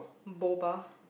Boba